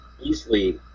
easily